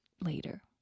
later